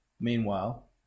Meanwhile